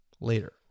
later